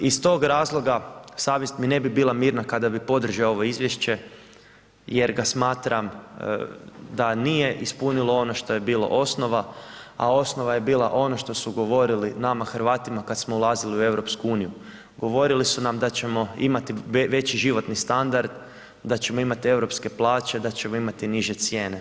Iz tog razloga savjest mi ne bi bila mirna kada bi podržao ovo izvješće jer ga smatram da nije ispunilo ono što je bilo osnova, a osnova je bila ono što su govorili nama Hrvatima kada smo ulazili u EU, govorili su nam da ćemo imati veći životni standard, da ćemo imat europske plaće, da ćemo imati niže cijene.